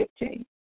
15